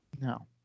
No